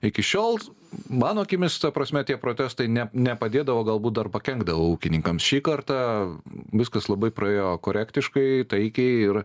iki šiol mano akimis ta prasme tie protestai ne nepadėdavo galbūt dar pakenkdavo ūkininkams šį kartą viskas labai praėjo korektiškai taikiai ir